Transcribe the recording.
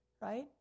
right